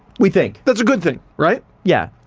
we think. that's a good thing, right? yeah.